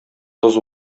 тоз